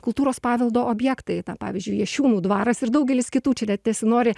kultūros paveldo objektai pavyzdžiui jašiūnų dvaras ir daugelis kitų čia net nesinori